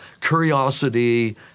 curiosity